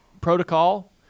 protocol